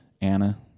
Anna